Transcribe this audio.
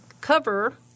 cover